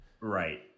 right